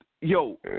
Yo